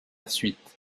suite